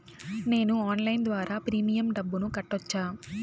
నేను ఆన్లైన్ ద్వారా ప్రీమియం డబ్బును కట్టొచ్చా?